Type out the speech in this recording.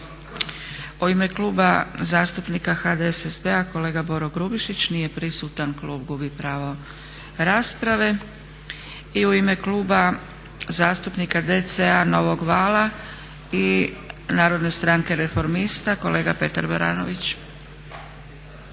U ime Kluba zastupnika HDSSB-a kolega Boro Grubišić. Nije prisutan, klub gubi pravo rasprave. I u ime Kluba zastupnika DC-a Novog vala i Narodne stranke reformista kolega Petar Baranović.